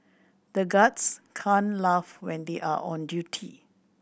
the guards can't laugh when they are on duty